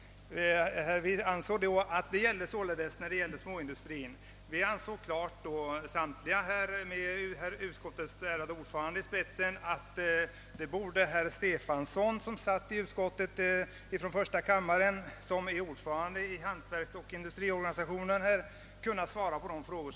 Det gällde småindustrin. Vi ansåg, med utskottets ärade ordförande i spetsen, att herr Stefanson, från första kammaren, som deltog i utskottets arbete och som är ordförande i hantverksoch industriorganisationen, borde kunna svara på dessa frågor.